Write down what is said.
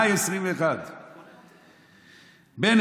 מאי 2021, בנט: